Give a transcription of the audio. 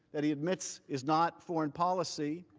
that he admits is not foreign policy,